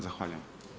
Zahvaljujem.